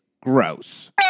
gross